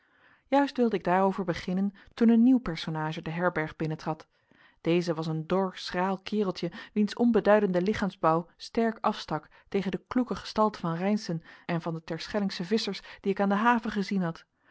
juist wilde ik daarover beginnen toen een nieuw personage de herberg binnentrad deze was een dor schraal kereltje wiens onbeduidende lichaamsbouw sterk afstak tegen de kloeke gestalte van reynszen en van de terschellingsche visschers die ik aan de haven gezien had